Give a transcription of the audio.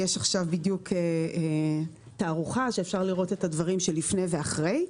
יש עכשיו בדיוק תערוכה שאפשר לראות את הדברים של לפני ואחרי.